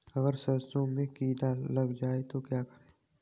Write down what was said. अगर सरसों में कीड़ा लग जाए तो क्या करें?